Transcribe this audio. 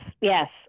Yes